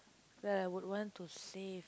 that I would want to save